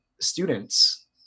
students